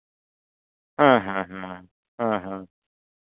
ᱦᱮᱸ ᱦᱮᱸ ᱦᱮᱸ ᱦᱮᱸ ᱦᱮᱸ